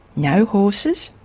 no horses,